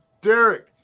Derek